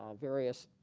um various